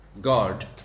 God